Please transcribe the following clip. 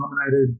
nominated